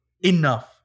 enough